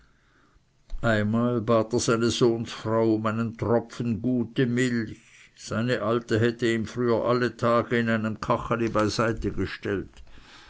einmal bat er seine sohnsfrau um einen tropfen gute milch seine alte hätte ihm früher alle tage in einem kacheli beiseite gestellt